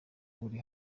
uri